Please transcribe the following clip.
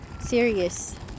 serious